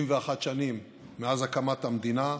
71 שנים מאז הקמת המדינה,